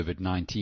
COVID-19